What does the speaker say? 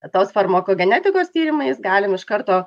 tos farmakogenetikos genetikos tyrimais galim iš karto